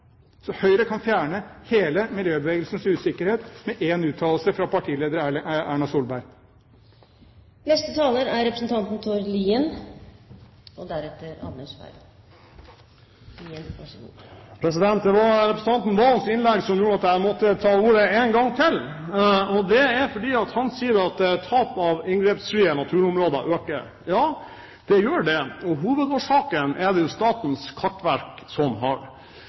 Høyre kan fjerne hele miljøbevegelsens usikkerhet med én uttalelse fra partileder Erna Solberg. Det var representanten Valens innlegg som gjorde at jeg måtte ta ordet én gang til. Det er fordi han sier at tap av inngrepsfrie naturområder øker. Ja, det gjør det, og hovedårsaken er jo hos Statens kartverk. Man har kartlagt stadig flere veier rundt omkring i Norge, og det er veier som ofte har